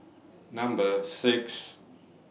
Number six